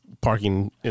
parking